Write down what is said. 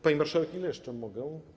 Pani marszałek, ile jeszcze mogę?